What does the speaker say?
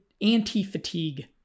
anti-fatigue